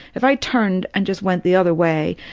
if i turned and just went the other way,